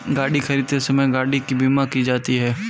गाड़ी खरीदते समय गाड़ी की बीमा की जाती है